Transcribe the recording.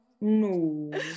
no